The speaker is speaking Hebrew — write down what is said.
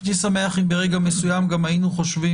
הייתי שמח אם ברגע מסוים גם היינו חושבים,